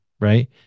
right